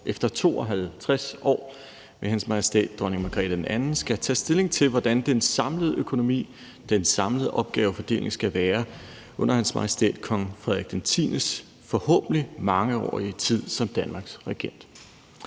efter 52 år med Hendes Majestæt Dronning Margrethe II skal tage stilling til, hvordan den samlede økonomi, den samlede opgavefordeling skal være under Hans Majestæt Kong Frederik X's forhåbentlig mangeårige tid som Danmarks regent.